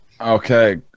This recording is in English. Okay